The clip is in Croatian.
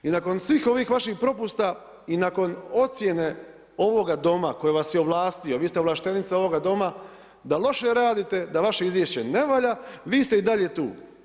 I nakon svih ovih vaših propusta i nakon ocjene ovoga Doma koji vas je ovlastio, vi ste ovlaštenica ovoga Doma da loše raditi, da vaše izvješće ne valja, vi ste i dalje tu.